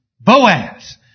Boaz